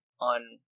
on